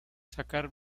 sacar